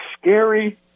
scary